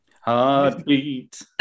Heartbeat